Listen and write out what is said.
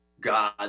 god